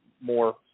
more